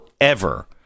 forever